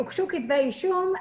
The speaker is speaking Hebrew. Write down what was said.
הוגשו כתבי אישום.